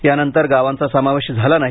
यानंतर गावांचा समावेश झाला नाही